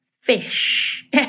fish